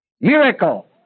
Miracle